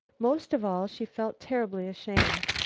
most of all, she felt terribly ashamed.